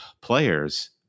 players